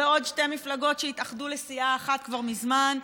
ועוד שתי מפלגות שהתאחדו לסיעה אחת כבר מזמן,